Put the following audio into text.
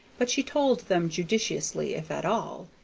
but she told them judiciously if at all.